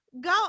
go